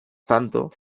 tanto